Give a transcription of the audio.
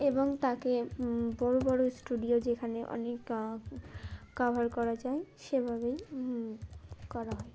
এবং তাকে বড়ো বড়ো স্টুডিও যেখানে অনেক কাভার করা যায় সেভাবেই করা হয়